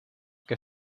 que